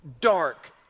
Dark